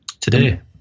Today